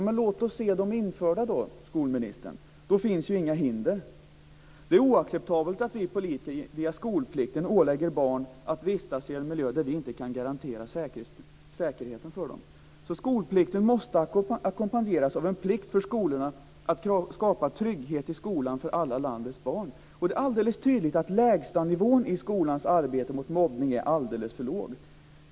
Men låt oss då se dem införda, skolministern. Då finns ju inga hinder. Det är oacceptabelt att vi politiker via skolplikten ålägger barn att vistas i en miljö där vi inte kan garantera säkerheten för dem. Skolplikten måste ackompanjeras av en plikt för skolorna att skapa trygghet i skolan för alla landets barn. Det är alldeles tydligt att lägstanivån i skolans arbete mot mobbning är alldeles för hög.